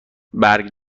برگ